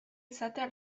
izatea